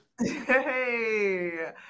Hey